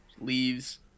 leaves